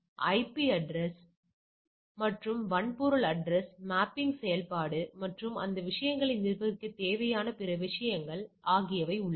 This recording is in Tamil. எனவே ஐபி அட்ரஸ் மற்றும் வன்பொருள் அட்ரஸ் மேப்பிங் செயல்பாடு மற்றும் அந்த விஷயங்களை நிர்வகிக்க தேவையான பிற விஷயங்கள் உள்ளன